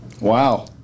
Wow